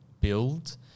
build